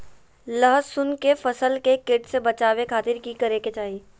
लहसुन के फसल के कीट से बचावे खातिर की करे के चाही?